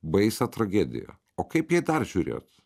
baisią tragediją o kaip jai dar žiūrėt